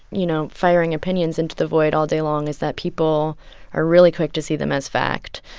you know, firing opinions into the void all day long is that people are really quick to see them as fact.